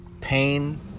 Pain